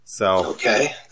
Okay